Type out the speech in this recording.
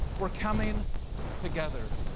we're coming together.